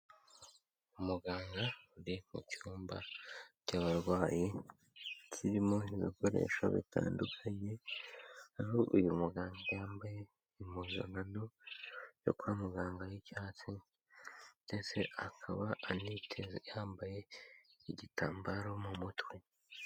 Umuganga uri mu cyumba cy'abarwayi, kirimo ibikoresho bitandukanye, aho uyu muganga yambaye impuzankano yo kwa muganga y'icyatsi, ndetse akaba aniteze yambaye igitambaro mu mutwe.